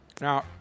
Now